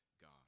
God